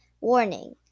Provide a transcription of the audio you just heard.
Warning